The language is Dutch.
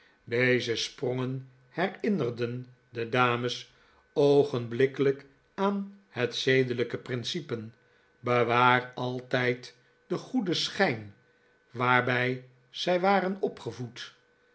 deze sprongen herinnerden de dames oogenblikkelijk aan het zedelijke principe bewaar altijd den goeden schijn waarbij zij waren opgevoed